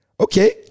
okay